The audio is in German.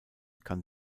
kann